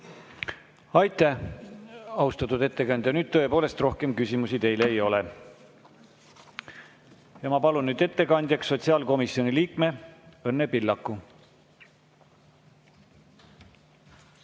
Aitäh, austatud ettekandja! Nüüd tõepoolest rohkem küsimusi teile ei ole. Ma palun ettekandjaks sotsiaalkomisjoni liikme Õnne Pillaku.